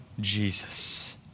Jesus